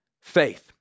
faith